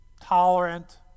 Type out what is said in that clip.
tolerant